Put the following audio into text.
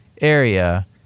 area